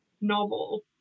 novel